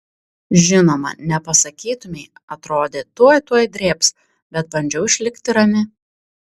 žinoma nepasakytumei atrodė tuoj tuoj drėbs bet bandžiau išlikti rami